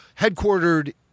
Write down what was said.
headquartered